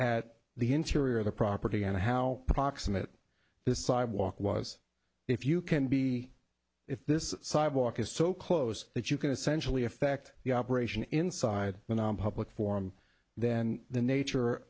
at the interior of the property and how proximate the sidewalk was if you can be if this sidewalk is so close that you can essentially affect the operation inside the nonpublic form then the nature